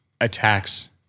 attacks